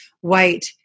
white